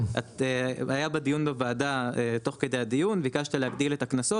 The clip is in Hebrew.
היה בדיון בוועדה תוך כדי הדיון ביקשת להגדיל את הקנסות